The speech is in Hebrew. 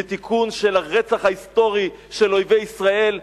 זה תיקון של הרצח ההיסטורי של אויבי ישראל,